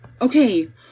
Okay